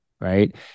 right